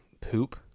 poop